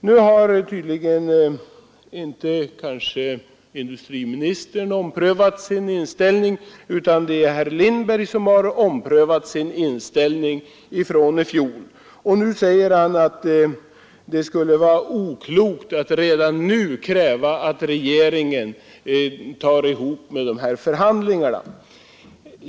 Nu har industriministern tydligen inte omprövat sin inställning, utan det är herr Lindberg som sedan i fjol har gjort det. Herr Lindberg säger i dag att det skulle vara oklokt att kräva att regeringen redan nu tar itu med dessa förhandlingar.